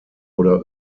oder